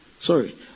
Sorry